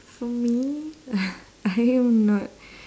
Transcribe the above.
for me I am not